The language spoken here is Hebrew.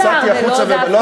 יצאתי החוצה לא,